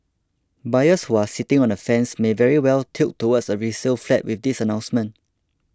buyers who are sitting on the fence may very well tilt towards a resale flat with this announcement